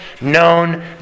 known